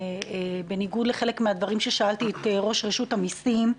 בניגוד לחלק מהדברים ששאלתי את ראש רשות המיסים,